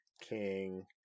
King